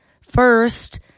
first